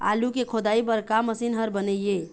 आलू के खोदाई बर का मशीन हर बने ये?